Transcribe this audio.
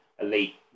elite